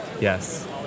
Yes